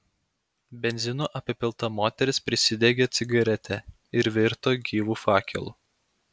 benzinu apipilta moteris prisidegė cigaretę ir virto gyvu fakelu